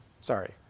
sorry